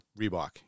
reebok